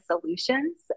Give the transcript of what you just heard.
Solutions